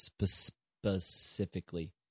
Specifically